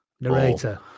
Narrator